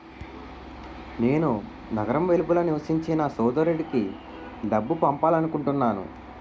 నేను నగరం వెలుపల నివసించే నా సోదరుడికి డబ్బు పంపాలనుకుంటున్నాను